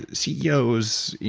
ceos,